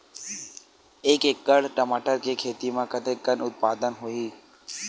एक एकड़ टमाटर के खेती म कतेकन उत्पादन होही?